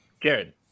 Jared